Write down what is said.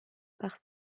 par